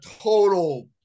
total